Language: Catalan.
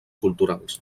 culturals